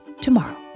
tomorrow